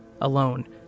alone